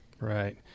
Right